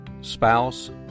spouse